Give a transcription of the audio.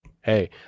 hey